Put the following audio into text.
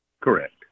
Correct